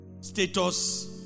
status